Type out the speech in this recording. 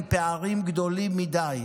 עם פערים גדולים מדי.